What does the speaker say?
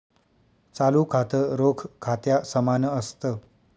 चालू खातं, रोख खात्या समान असत